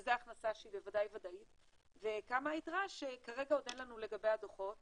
שזה הכנסה שהיא ודאית וכמה יתרה שכרגע עוד אין לנו לגביה דוחות